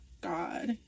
God